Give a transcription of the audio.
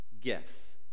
Gifts